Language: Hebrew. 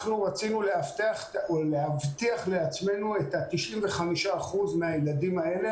אנחנו רצינו להבטיח לעצמנו את ה-95% מהילדים האלה,